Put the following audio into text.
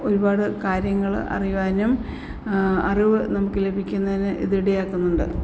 ഒരുപാട് കാര്യങ്ങള് അറിയുവാനും അറിവ് നമുക്ക് ലഭിക്കുന്നതിന് ഇത് ഇടയാക്കുന്നുണ്ട്